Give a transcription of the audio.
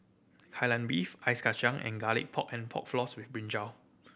Kai Lan Beef ice kacang and Garlic Pork and Pork Floss with brinjal